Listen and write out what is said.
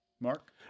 Mark